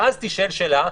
ואז תישאל שאלה,